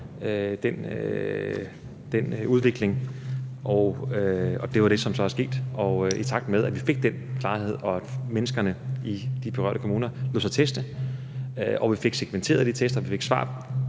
den udvikling, og det er det, som så er sket. Og i takt med at vi fik den klarhed og menneskene i de berørte kommuner lod sig teste og vi fik sekventeret de test, fik vi